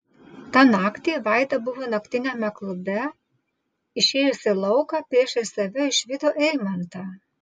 tą naktį vaida buvo naktiniame klube išėjusi į lauką priešais save išvydo eimantą